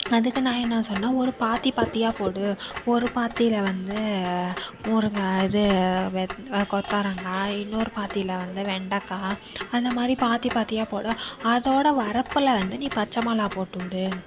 அதுக்கு நான் என்ன சொன்ன ஒரு பாத்தி பாத்தியாக போடு ஒரு பாத்தியில வந்து முருங்கை இது கொத்தரவங்காய் இன்னொரு பாத்தியில வந்து வெண்டக்காய் அந்த மாதிரி பாத்தி பாத்தியாக போடு அதோட வரப்பில் வந்து நீ பச்சை மொளவாக போட்டுவிடு